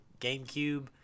GameCube